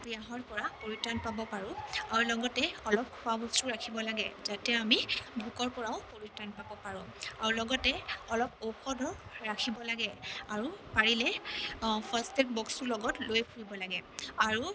পিয়াহৰপৰা পৰিত্ৰাণ পাব পাৰোঁ আৰু লগতে অলপ খোৱা বস্তুও ৰাখিব লাগে যাতে আমি ভোকৰপৰাও পৰিত্ৰাণ পাব পাৰোঁ আৰু লগতে অলপ ঔষধো ৰাখিব লাগে আৰু পাৰিলে ফাষ্ট এইড বক্সো লগত লৈ ফুৰিব লাগে আৰু